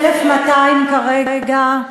1,200 כרגע.